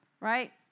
Right